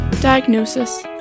diagnosis